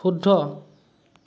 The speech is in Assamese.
শুদ্ধ